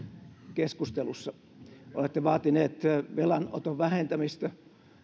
keskustelussa olette vaatineet velanoton vähentämistä